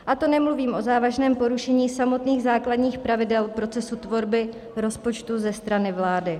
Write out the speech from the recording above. A to nemluvím o závažném porušení samotných základních pravidel procesu tvorby rozpočtu ze strany vlády.